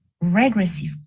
regressive